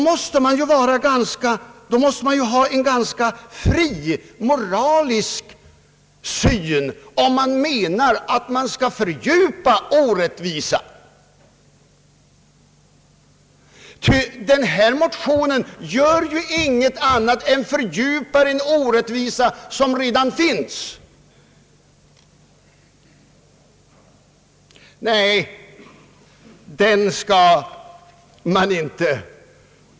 Man måste ju ha en ganska fri moralisk syn, om man menar att man skall fördjupa orättvisan, ty denna motion om kvinnlig tronföljd vill ju ingenting annat än att fördjupa en orättvisa som redan finns.